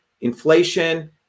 inflation